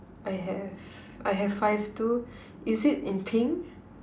I have I have five too is it in pink